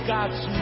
God's